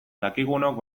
dakigunok